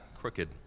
crooked